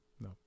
no